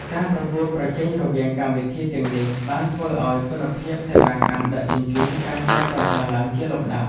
ការប្រកួតប្រជែងរវាងកម្មវិធីទាំងនេះបានធ្វើឱ្យគុណភាពសេវាកម្មដឹកជញ្ជូនកាន់តែប្រសើរឡើងជាលំដាប់។